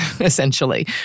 essentially